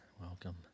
welcome